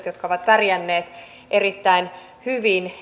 jotka ovat pärjänneet erittäin hyvin